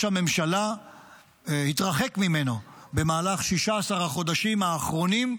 הממשלה התרחק ממנו במהלך 16 החודשים האחרונים,